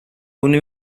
una